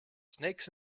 snakes